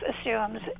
assumes